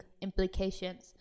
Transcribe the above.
implications